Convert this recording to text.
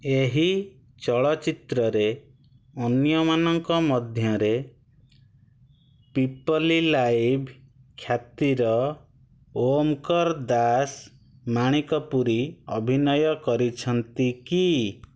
ଏହି ଚଳଚ୍ଚିତ୍ରରେ ଅନ୍ୟମାନଙ୍କ ମଧ୍ୟରେ ପିପଲି ଲାଇଭ୍ ଖ୍ୟାତିର ଓଙ୍କର ଦାସ ମାଣିକପୁରୀ ଅଭିନୟ କରିଛନ୍ତି କି